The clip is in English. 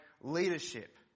leadership